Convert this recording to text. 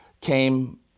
came